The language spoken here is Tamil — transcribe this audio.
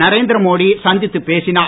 நரேந்திர மோடி சந்தித்துப் பேசினார்